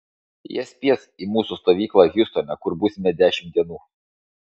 jie spės į mūsų stovyklą hjustone kur būsime dešimt dienų